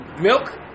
milk